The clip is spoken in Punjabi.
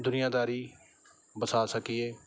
ਦੁਨੀਆਦਾਰੀ ਵਸਾ ਸਕੀਏ